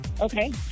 Okay